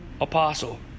apostle